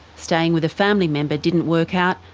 staying with a family member didn't work out,